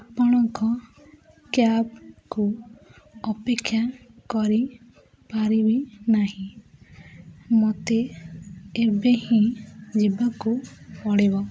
ଆପଣଙ୍କ କ୍ୟାବ୍କୁ ଅପେକ୍ଷା କରିପାରିବି ନାହିଁ ମୋତେ ଏବେ ହିଁ ଯିବାକୁ ପଡ଼ିବ